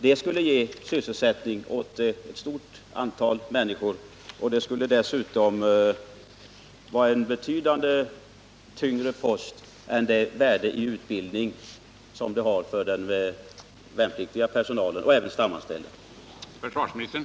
Det skulle ge sysselsättning åt ett stort antal människor. Det skulle vara en betydligt tyngre post än det värde i utbildning för krigsförhållanden som tjänstgöringen i fredliga, civila isbrytare har såväl för den värnpliktiga personalen som för den stamanställda.